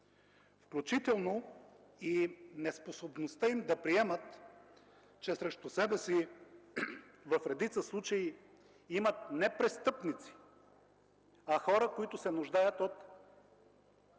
включително и неспособността им да приемат, че срещу себе си в редица случаи имат не престъпници, а хора, които се нуждаят от